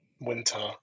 Winter